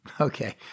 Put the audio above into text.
Okay